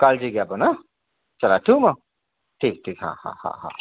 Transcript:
काळजी घ्या पण हं चला ठेऊ मग ठीक आहे हा हा हा